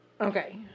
Okay